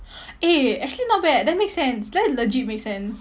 eh actually not bad that makes sense that legit makes sense